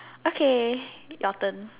okay your turn